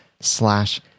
slash